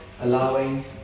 allowing